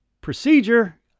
procedure